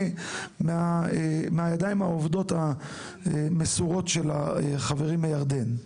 מהידיים העובדות המסורות של החברים מירדן.